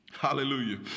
Hallelujah